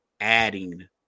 adding